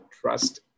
trust